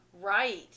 Right